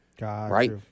Right